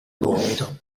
gomito